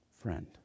friend